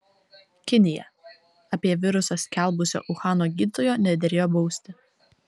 kinija apie virusą skelbusio uhano gydytojo nederėjo bausti